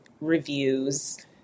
reviews